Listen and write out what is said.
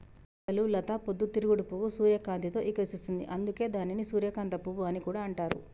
అసలు లత పొద్దు తిరుగుడు పువ్వు సూర్యకాంతిలో ఇకసిస్తుంది, అందుకే దానిని సూర్యకాంత పువ్వు అని కూడా అంటారు